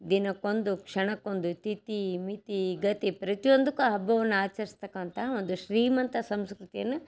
ದಿನಕ್ಕೊಂದು ಕ್ಷಣಕ್ಕೊಂದು ತಿಥಿ ಮಿತಿ ಗತಿ ಪ್ರತಿಯೊಂದಕ್ಕೂ ಹಬ್ಬವನ್ನು ಆಚರಿಸತಕ್ಕಂಥ ಒಂದು ಶ್ರೀಮಂತ ಸಂಸ್ಕೃತಿಯನ್ನು